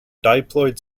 diploid